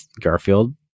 Garfield